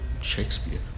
Shakespeare